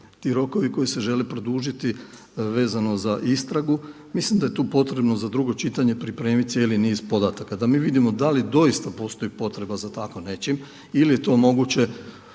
ti rokovi koji se žele produžiti vezano za istragu, mislim da je tu potrebno za drugo čitanje pripremiti cijeli niz podataka, da mi vidimo da li doista postoji potreba za tako nečim ili je to moguće